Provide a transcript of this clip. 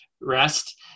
rest